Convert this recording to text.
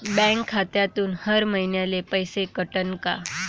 Bank खात्यातून हर महिन्याले पैसे कटन का?